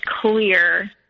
clear